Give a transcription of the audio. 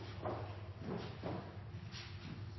takk